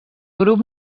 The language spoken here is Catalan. grup